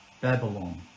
Babylon